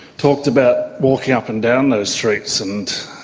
talked about walking up and down those streets and